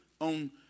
on